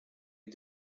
est